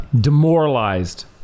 demoralized